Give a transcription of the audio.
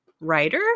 writer